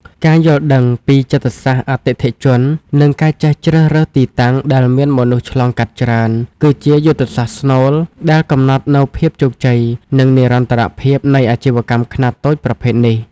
ការយល់ដឹងពីចិត្តសាស្ត្រអតិថិជន និងការចេះជ្រើសរើសទីតាំងដែលមានមនុស្សឆ្លងកាត់ច្រើន គឺជាយុទ្ធសាស្ត្រស្នូលដែលកំណត់នូវភាពជោគជ័យ និងនិរន្តរភាពនៃអាជីវកម្មខ្នាតតូចប្រភេទនេះ។